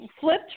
flipped